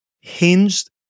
hinged